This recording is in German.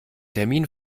termin